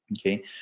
okay